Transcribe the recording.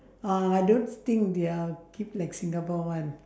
uh I don't think they are keep like singapore one